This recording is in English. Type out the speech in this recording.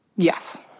Yes